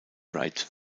wright